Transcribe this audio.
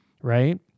right